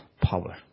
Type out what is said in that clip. power